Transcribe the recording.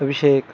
Abhishek